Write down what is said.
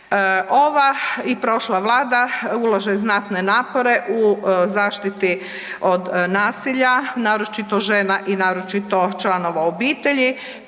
Ova i prošla vlada ulaže znatne napore u zaštiti od nasilja, naročito žena i naročito članova obitelji